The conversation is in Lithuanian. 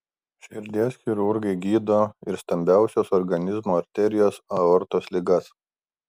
širdies chirurgai gydo ir stambiausios organizmo arterijos aortos ligas